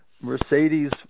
Mercedes